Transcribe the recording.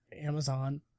Amazon